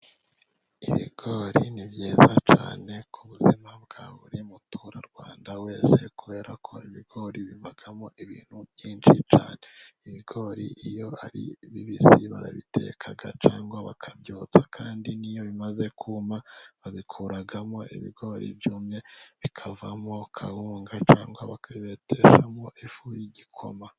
Ibigori ni byiza cyane ku buzima bwa buri mutura Rwanda wese, kubera ko ibigori bivamo ibintu byinshi cyane, ibigori iyo ari bibisi barabiteka cyangwa bakabyotsa, kandi n'iyo bimaze kuma bakuramo ibigori byumye bikavamo kawunga, cyangwa bakabeteshamo ifu y'igikoma.